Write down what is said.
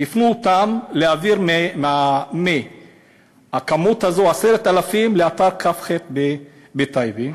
הפנו אותם להעביר מהכמות הזו 10,000 לאתר "כ.ח" בטייבה,